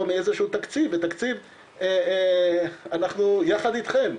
מאיזשהו תקציב ותקציב אנחנו יחד איתכם,